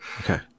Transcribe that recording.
Okay